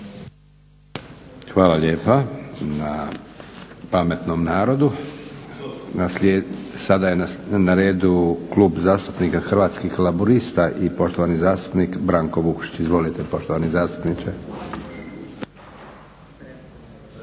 Hvala lijepa na pametnom narodu. Sada je na redu Klub zastupnika Hrvatskih laburista i poštovani zastupnik Branko Vukšić. Izvolite poštovani zastupniče.